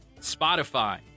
Spotify